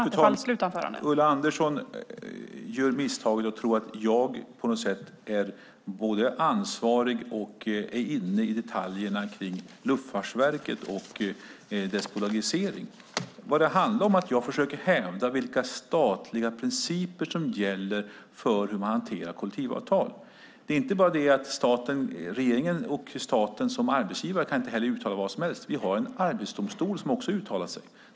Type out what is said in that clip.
Fru talman! Ulla Andersson gör misstaget att tro att jag på något sätt är både ansvarig och inne i detaljerna kring Luftfartsverket och dess bolagisering. Vad jag försöker hävda är de statliga principer som gäller för hur man hanterar kollektivavtal. Regeringen och staten som arbetsgivare kan inte uttala vad som helst. Vi har en arbetsdomstol som också uttalar sig.